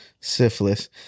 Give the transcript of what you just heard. Syphilis